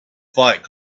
fight